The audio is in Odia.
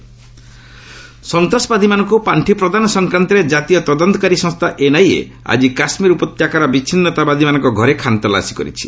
ଜେକେ ଏନ୍ଆଇଏ ରେଡ୍ ସନ୍ତାସବାଦୀମାନଙ୍କୁ ପାର୍ଷି ପ୍ରଦାନ ସଂକ୍ରାନ୍ତରେ କାତୀୟ ତଦନ୍ତକାରୀ ସଂସ୍ଥା ଏନ୍ଆଇଏ ଆଜି କାଶ୍ରୀର ଉପତ୍ୟକାର ବିଚ୍ଛିନ୍ଦତାବାଦୀମାନଙ୍କ ଘରେ ଖାନତଲାସୀ କରିଛି